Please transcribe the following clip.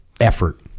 effort